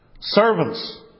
Servants